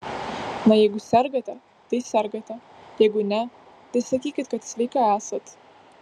na jeigu sergate tai sergate jeigu ne tai sakykit kad sveika esat